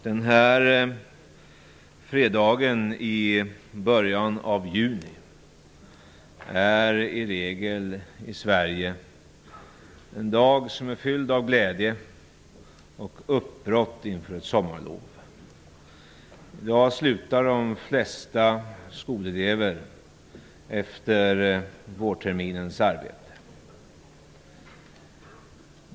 Den här fredagen i början av juni i Sverige är i regel en dag som är fylld av glädje och uppbrott inför ett sommarlov. I dag slutar de flesta skolelever efter vårterminens arbete.